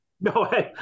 no